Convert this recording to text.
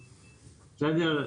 בסדר?